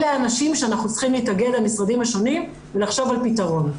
אלה האנשים שאנחנו צריכים להתארגן במשרדים השונים ולחשוב על פתרון.